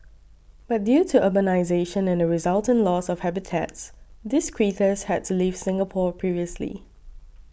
but due to urbanisation and the resultant loss of habitats these critters had to leave Singapore previously